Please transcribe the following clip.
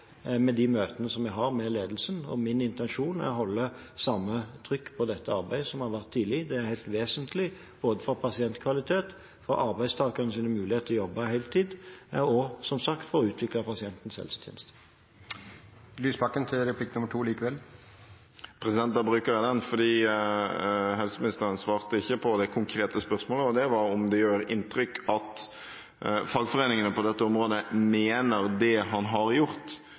med de møtene vi har med ledelsen, og min intensjon er å holde samme trykk på dette arbeidet som det har vært tidligere. Det er helt vesentlig for både pasientkvaliteten og arbeidstakernes muligheter til å jobbe heltid og, som sagt, for å utvikle pasientenes helsetjeneste. Lysbakken til replikk nummer to likevel. Da bruker jeg den fordi helseministeren svarte ikke på det konkrete spørsmålet, og det var om det gjør inntrykk at fagforeningene på dette området mener det han har gjort,